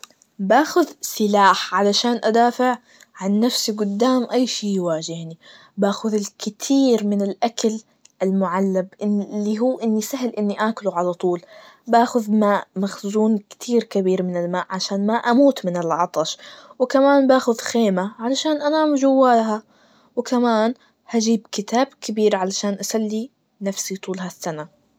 باخد سلاح, علشان أدافع عن نفسي قدام أي شي يواجهني, باخذ الكتير من الأكل المعلب, إن- اللي هو إني سهل إني آكله علطول, باخذ ماء, مخزون كتير كبير من الماء, عشان ما أموت من العطش, وكمان باخد خيمة علشان أنام جواها, وكمان هجيب كتاب كبير علشان أسلي نفسي طول هالسنة.